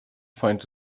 find